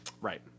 right